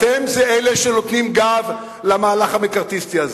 "אתם" זה אלה שנותנים גב למהלך המקארתיסטי הזה.